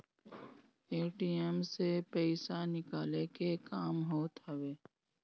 ATM से पईसा निकाले के काम होत हवे